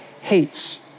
hates